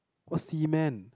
what seaman